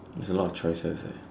it's a lot of choices eh